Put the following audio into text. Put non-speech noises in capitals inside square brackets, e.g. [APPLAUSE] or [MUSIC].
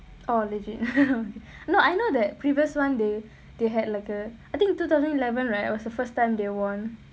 orh legit [LAUGHS] no I know that previous one they they had like a I think two thousand eleven right it was the first time they won